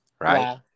Right